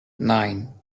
nine